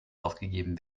aufgegeben